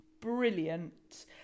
brilliant